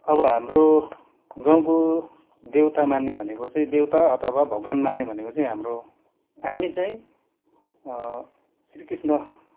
अब हाम्रो गाउँको देवता मान्ने भनेको चाहिँ देवता अथवा भगवान् मान्ने भनेको चाहिँ हाम्रो हामी चाहिँ श्री कृष्ण